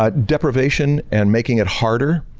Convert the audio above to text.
ah deprivation and making it harder.